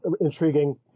intriguing